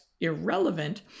irrelevant